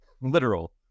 Literal